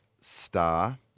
star